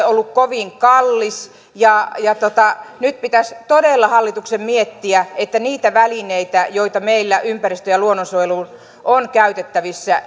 ollut kovin kallis ja ja nyt pitäisi todella hallituksen miettiä että niitä välineitä joita meillä ympäristön ja luonnonsuojeluun on käytettävissä